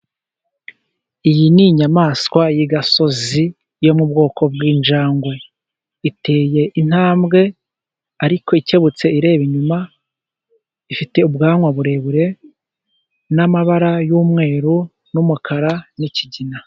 Iyi ni inyamaswa y'igasozi yo mu bwoko bw'injangwe, iteye intambwe ariko ikebutse ireba inyuma. Ifite ubwanwa burebure, n'amabara y'umweru n'umukara n'ikigina.